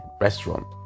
restaurant